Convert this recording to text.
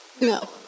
No